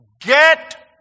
Get